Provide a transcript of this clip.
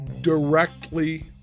directly